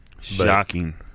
Shocking